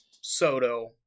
Soto